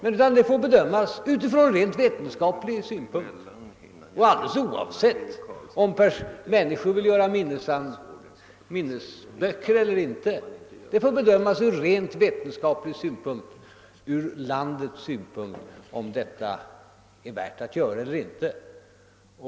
Sådana saker får bedömas ur rent vetenskaplig synpunkt och alldeles oavsett om människor vill skriva minnesböcker eller inte. Man får bedöma om det från vetenskaplig och från landets synpunkt är värt att göra eller inte.